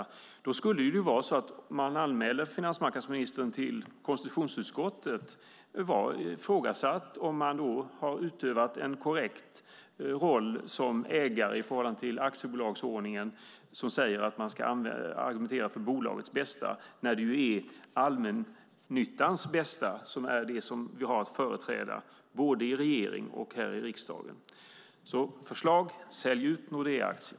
Då skulle man anmäla finansmarknadsministern till konstitutionsutskottet och ifrågasätta om han hade utövat en korrekt roll som ägare i förhållande till bolagsordningen, som säger att man ska argumentera för bolagets bästa, medan det är allmännyttans bästa vi har att företräda både inom regeringen och här i riksdagen. Förslag: Sälj ut Nordeaaktier!